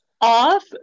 off